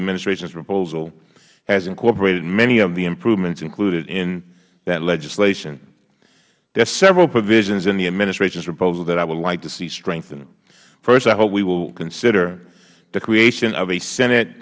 administration's proposal has incorporated many of the improvements included in that legislation there are several provisions in the administration's proposal that i would like to see strengthened first i hope we will consider the creation of a senate